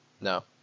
no